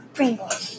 Pringles